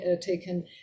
taken